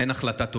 אין החלטה טובה.